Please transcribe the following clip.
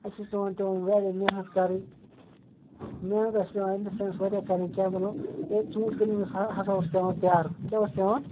اَسہِ ٲسۍ پٮ۪وان تِمَن واریاہ محنت کَرٕنۍ محنت ٲسۍ پٮ۪وان اِن دَ سیٚنس واریاہ کَرٕنۍ کیٛاہ مطلب ہے ژوٗنٛٹھۍ کُلیٖن ہَسا اوس پیٚوان پیٛارُن کیٛاہ اوس پٮ۪وان